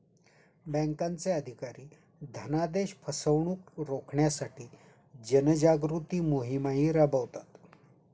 बँकांचे अधिकारी धनादेश फसवणुक रोखण्यासाठी जनजागृती मोहिमाही राबवतात